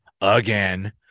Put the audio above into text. again